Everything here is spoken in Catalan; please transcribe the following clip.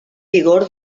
vigor